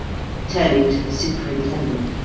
turning to the superintendent,